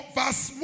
verse